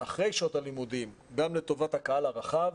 אחרי שעות הלימודים גם לטובת הקהל הרחב,